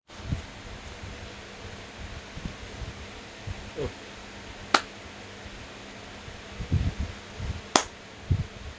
oh